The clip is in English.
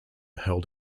held